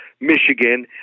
Michigan